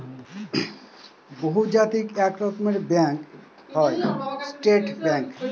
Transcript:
বহুজাতিক এক রকমের ব্যাঙ্ক হয় স্টেট ব্যাঙ্ক